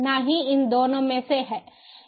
नाही इन दोनों में से है